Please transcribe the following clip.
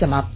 समाप्त